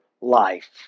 life